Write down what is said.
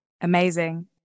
Amazing